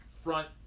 front